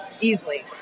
Easily